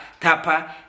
tapa